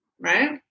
right